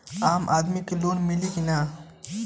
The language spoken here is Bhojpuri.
आम आदमी के लोन मिली कि ना?